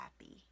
happy